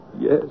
Yes